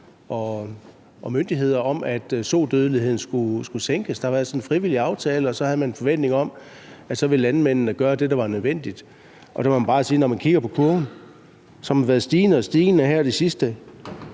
og myndigheder om, at sodødeligheden skulle sænkes. Der har været en frivillig aftale, og så havde man en forventning om, at landmændene ville gøre det, der var nødvendigt. Men der må man bare sige, at når man kigger på kurven, som har været stigende og stigende de sidste